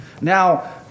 Now